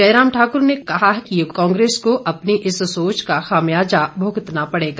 जयराम ठाक्र ने कहा है कि कांग्रेस को अपनी इस सोच का खामियाजा भुगतना पड़ेगा